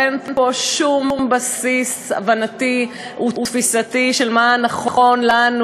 אין פה שום בסיס הבנתי ותפיסתי של מה נכון לנו,